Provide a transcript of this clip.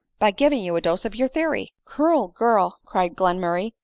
by giv ing you a dose of your theory. cruel girl! cried glenmurray,